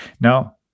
Now